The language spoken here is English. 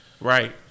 Right